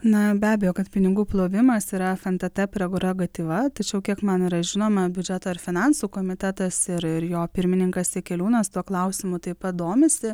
na be abejo kad pinigų plovimas yra fntt prerogatyva tačiau kiek man yra žinoma biudžeto ir finansų komitetas yra ir jo pirmininkas jakeliūnas tuo klausimu taip pat domisi